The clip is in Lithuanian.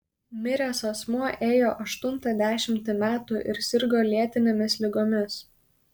miręs asmuo ėjo aštuntą dešimtį metų ir sirgo lėtinėmis ligomis